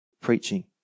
preaching